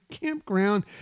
campground